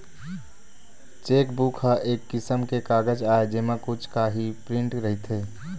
chequebook ह एक किसम के कागज आय जेमा कुछ काही प्रिंट रहिथे